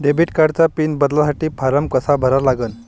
Debit कार्डचा PIN बदलासाठी form कसा भरा लागन?